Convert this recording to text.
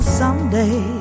someday